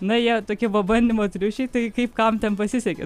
na jie tokie pabandymo triušiai tai kaip kam ten pasisekė